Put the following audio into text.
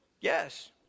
Yes